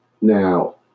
Now